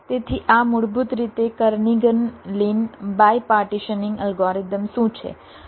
તેથી આ મૂળભૂત રીતે Kernighan Lin bipartitioning algorithm શું છે